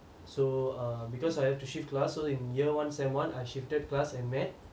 so err because I have to shift class so in year one semester one I shifted class and met